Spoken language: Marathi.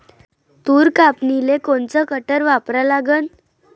तूर कापनीले कोनचं कटर वापरा लागन?